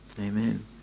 Amen